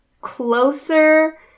Closer